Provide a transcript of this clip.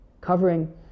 covering